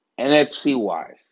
NFC-wise